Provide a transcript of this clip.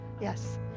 Yes